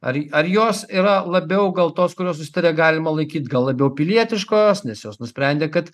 ar j ar jos yra labiau gal tos kurios susitaria galima laikyti gal labiau pilietiškos nes jos nusprendė kad